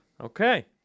Okay